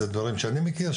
זה דברים שאני מכיר,